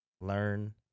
Learn